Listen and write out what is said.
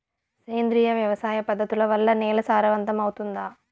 సేంద్రియ వ్యవసాయ పద్ధతుల వల్ల, నేల సారవంతమౌతుందా?